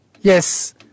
Yes